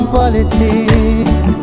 politics